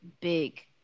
big